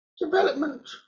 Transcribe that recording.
development